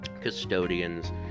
custodians